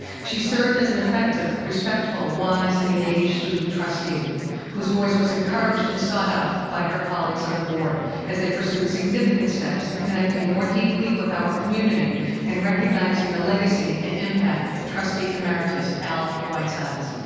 she served as an effective, respectful, wise, and engaged student trustee whose voice was encouraged and sought out by her colleagues on the board as they pursued significant steps in connecting more deeply with our community and recognizing the legacy and impact of trustee emeritus al whitesides.